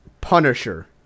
Punisher